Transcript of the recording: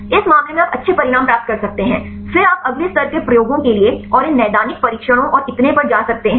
इस मामले में आप अच्छे परिणाम प्राप्त कर सकते हैं फिर आप अगले स्तर के प्रयोगों के लिए और इन नैदानिक परीक्षणों और इतने पर जा सकते हैं